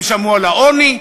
הם שמעו על העוני?